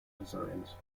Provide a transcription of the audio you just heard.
designs